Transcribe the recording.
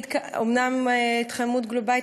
אומנם התחממות גלובלית,